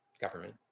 government